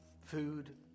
food